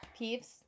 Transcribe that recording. Peeves